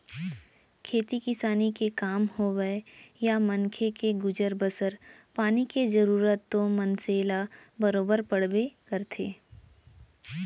खेती किसानी के काम होवय या मनखे के गुजर बसर पानी के जरूरत तो मनसे ल बरोबर पड़बे करथे